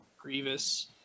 Grievous